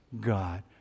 God